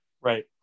Right